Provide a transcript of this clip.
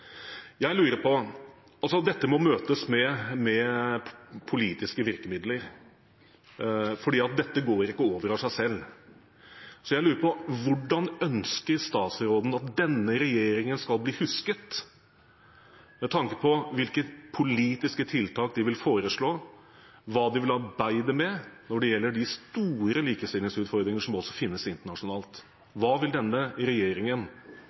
jeg på: Hvordan ønsker statsråden at denne regjeringen skal bli husket, med tanke på hvilke politiske tiltak de vil foreslå, hva de vil arbeide med når det gjelder de store likestillingsutfordringene som finnes internasjonalt? Hva ønsker statsråden at denne regjeringen